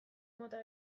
mota